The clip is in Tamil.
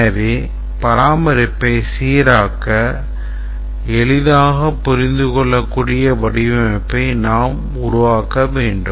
எனவே பராமரிப்பை சீராக்க எளிதாக புரிந்துகொள்ளகூடிய வடிவமைப்பை நாம் உருவாக்க வேண்டும்